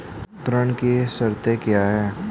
ऋण की शर्तें क्या हैं?